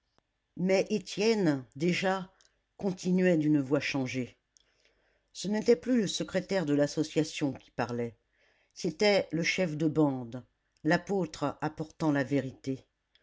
mais étienne déjà continuait d'une voix changée ce n'était plus le secrétaire de l'association qui parlait c'était le chef de bande l'apôtre apportant la vérité